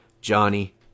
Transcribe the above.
Johnny